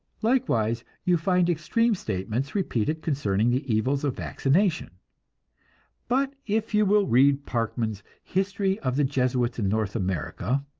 likewise you find extreme statements repeated concerning the evils of vaccination but if you will read parkman's history of the jesuits in north america,